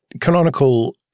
Canonical